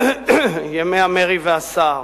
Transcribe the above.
ימי המרי והסער.